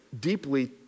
deeply